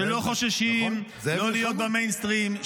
שלא חוששים לא להיות במיינסטרים,